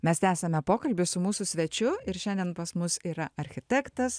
mes tęsiame pokalbį su mūsų svečiu ir šiandien pas mus yra architektas